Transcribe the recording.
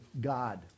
God